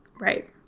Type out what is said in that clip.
Right